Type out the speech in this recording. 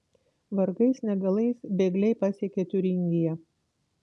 vargais negalais bėgliai pasiekia tiuringiją